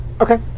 Okay